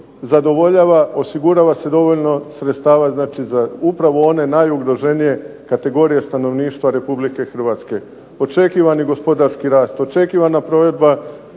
osigurava se dovoljno sredstava znači za upravo one najugroženije kategorije stanovništva Republike Hrvatske. Očekivani gospodarski rast, očekivana provedba